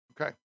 Okay